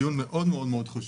זה דיון מאוד מאוד חשוב.